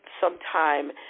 sometime